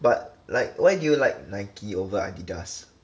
but like why do you like Nike over Adidas